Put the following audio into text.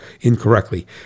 incorrectly